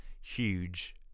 huge